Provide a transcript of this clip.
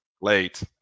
Late